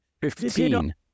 fifteen